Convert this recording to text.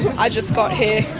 i just got here.